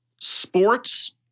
sports